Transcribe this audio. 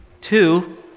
two